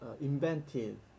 invented